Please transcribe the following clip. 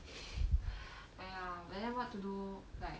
!aiya! but then what to do like